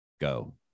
go